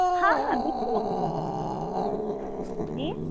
ہاں ہاں بالکل آپ آ سکتے ہیں جی